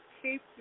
keep